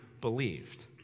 believed